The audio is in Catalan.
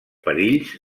perills